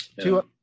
Two